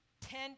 ten